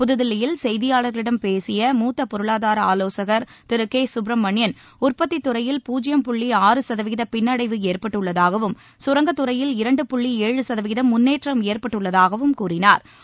புத்தில்லியில் செய்தியாளர்களிடம் பேசிய மூத்த பொருளாதார ஆலோசகர் திரு கே கப்பிரமணியன் உற்பத்தி துறையில் பூஜ்யம் புள்ளி ஆறு சதவீத பின்னடைவு ஏற்பட்டுள்ளதாகவும் கரங்கத்துறையில் இரண்டு புள்ளி ஏழு சதவீதம் முன்னேற்றம் ஏற்பட்டுள்ளதாகவும் கூறினாா்